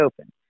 open